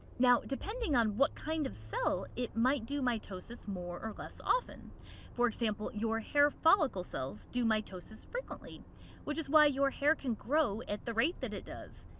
now, depending on what kind of cell, it might do mitosis more or less often for example, your hair follicle cells do mitosis frequently which is why your hair can grow at the rate that it does.